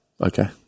Okay